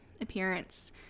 appearance